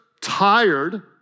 tired